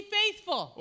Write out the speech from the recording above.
faithful